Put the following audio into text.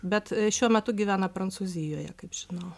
bet šiuo metu gyvena prancūzijoje kaip žinau